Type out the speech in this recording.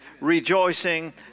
rejoicing